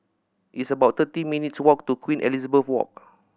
it's about thirty minutes' walk to Queen Elizabeth Walk